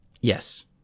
Yes